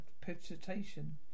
presentation